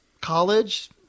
college